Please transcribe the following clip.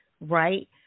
right